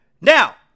Now